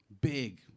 big